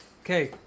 Okay